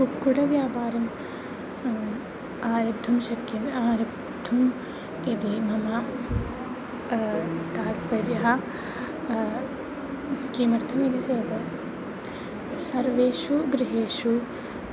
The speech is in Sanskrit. कुक्कुटव्यापारम् आरब्धुं शक्यम् आरब्धुम् इति मम तात्पर्यः किमर्तमिति चेत् सर्वेषु गृहेषु